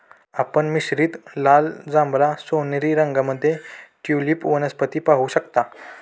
आपण मिश्रित लाल, जांभळा, सोनेरी रंगांमध्ये ट्यूलिप वनस्पती पाहू शकता